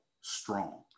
strong